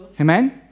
Amen